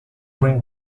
bring